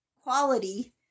quality